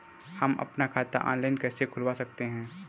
हम अपना खाता ऑनलाइन कैसे खुलवा सकते हैं?